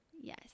Yes